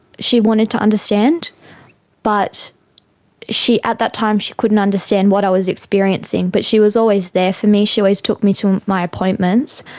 she wanted to understand but at that time she couldn't understand what i was experiencing. but she was always there for me, she always took me to my appointments.